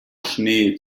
schnee